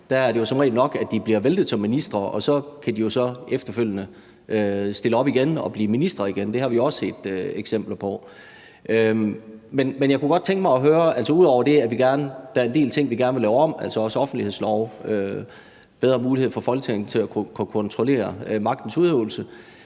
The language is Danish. Der er det som regel nok, at de bliver væltet som minister, og så kan de jo efterfølgende stille op igen og blive minister igen. Det har vi også set eksempler på. Ud over det, at der er en del ting, vi gerne vil lave om, altså også offentlighedsloven og at give bedre mulighed for Folketinget til at kunne kontrollere magtens udøvelse,